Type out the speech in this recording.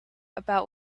about